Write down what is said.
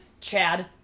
Chad